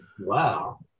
Wow